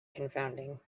confounding